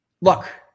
look